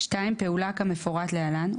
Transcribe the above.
; (2) פעולה כמפורט להלן,